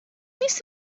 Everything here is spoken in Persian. نیست